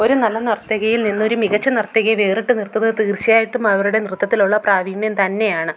ഒരു നല്ല നർത്തകിയിൽ നിന്ന് ഒരു മികച്ച നർത്തകിയെ വേറിട്ട് നിർത്തുന്നത് തീർച്ചയായിട്ടും അവരുടെ നൃത്തത്തിലുള്ള പ്രാവീണ്യം തന്നെയാണ്